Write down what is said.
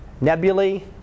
nebulae